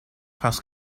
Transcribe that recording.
parce